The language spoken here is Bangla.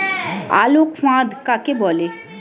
আলোক ফাঁদ কাকে বলে?